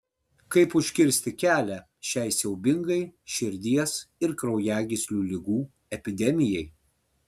kaip užkirsti kelią šiai siaubingai širdies ir kraujagyslių ligų epidemijai